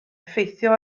effeithio